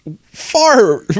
far